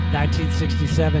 1967